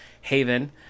Haven